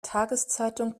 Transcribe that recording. tageszeitung